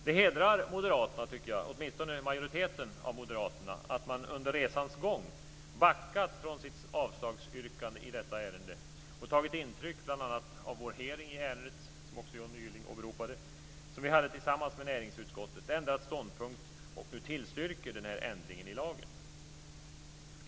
Det hedrar moderaterna, åtminstone majoriteten av moderaterna, att de under resans gång har backat från sitt avslagsyrkande i detta ärende och tagit intryck av bl.a. den hearing i ärendet - som också Johnny Gylling åberopade - som vi hade tillsammans med näringsutskottet. De har ändrat ståndpunkt och tillstyrker nu den här ändringen i lagen.